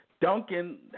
Duncan